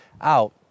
out